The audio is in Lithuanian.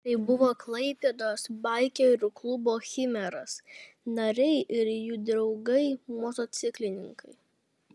tai buvo klaipėdos baikerių klubo chimeras nariai ir jų draugai motociklininkai